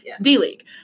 D-League